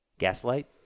Gaslight